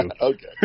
Okay